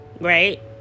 right